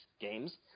games